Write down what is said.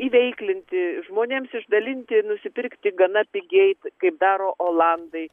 įveiklinti žmonėms išdalinti nusipirkti gana pigiai kaip daro olandai